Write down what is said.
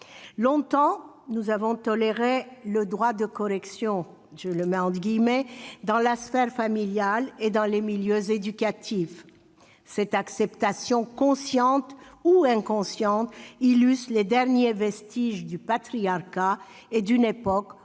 Longtemps, nous avons toléré le « droit de correction » dans la sphère familiale et dans les milieux éducatifs. Cette acceptation, consciente ou inconsciente, relève des derniers vestiges du patriarcat et d'une époque où